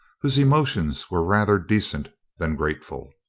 whose emotions were rather decent than grateful.